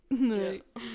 right